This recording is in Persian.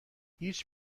هیچ